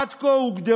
עד כה הוגדרו,